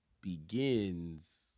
begins